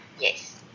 Yes